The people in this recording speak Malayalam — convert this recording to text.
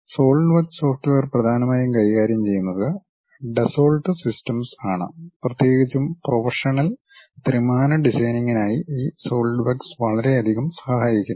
സോളിഡ് വർക്ക്സ് സോഫ്റ്റ്വെയർ പ്രധാനമായും കൈകാര്യം ചെയ്യുന്നത് ഡസ്സോൾട്ട് സിസ്റ്റംസ് ആണ് പ്രത്യേകിച്ചും പ്രൊഫഷണൽ ത്രിമാന ഡിസൈനിംഗിനായി ഈ സോളിഡ് വർക്ക്സ് വളരെയധികം സഹായിക്കുന്നു